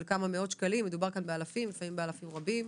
כמה מאות שקלים אלא מדובר כאן באלפי שקלים ולפעמים באלפי שקלים רבים.